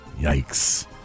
Yikes